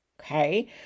okay